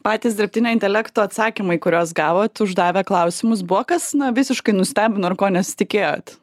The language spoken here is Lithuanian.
patys dirbtinio intelekto atsakymai kuriuos gavot uždavę klausimus buvo kas na visiškai nustebino ir ko nesitikėjot